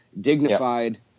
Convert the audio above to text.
dignified